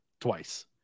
twice